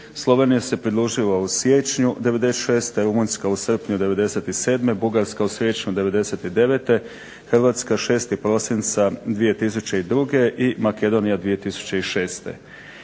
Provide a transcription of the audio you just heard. Slovenija se pridružila u siječnju '96., Rumunjska u srpnju '97., Bugarska u siječnju '99., Hrvatska 6. prosinca 2002. i Makedonija 2006.